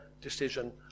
decision